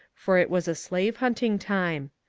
for it was a slave-hunting time.